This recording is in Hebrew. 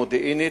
מודיעינית,